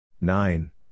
Nine